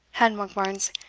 and, monkbarns,